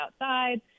outside